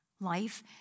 Life